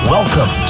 Welcome